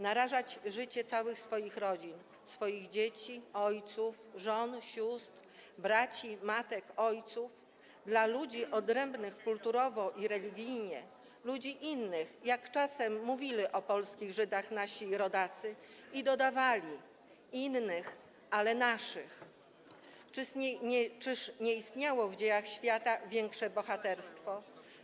Narażać życie całych swoich rodzin, swoich dzieci, żon, sióstr, braci, matek, ojców, dla ludzi odrębnych kulturowo i religijnie, ludzi innych, jak czasem mówili o polskich Żydach nasi rodacy i dodawali: innych, ale naszych - czyż nie istniało w dziejach świata większe bohaterstwo?